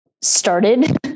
started